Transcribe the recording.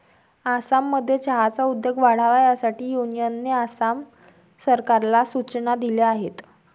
आसाममध्ये चहाचा उद्योग वाढावा यासाठी युनियनने आसाम सरकारला सूचना दिल्या आहेत